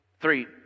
three